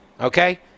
Okay